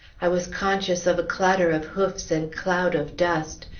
i was conscious of a clatter of hoofs and cloud of dust.